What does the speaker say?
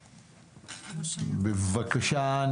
בבקשה,